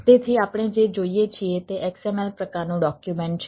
તેથી આપણે જે જોઈએ છીએ તે XML પ્રકારનું ડોક્યુમેન્ટ છે